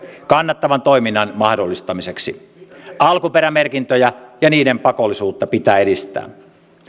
kannattavan toiminnan mahdollistamiseksi alkuperämerkintöjä ja niiden pakollisuutta pitää edistää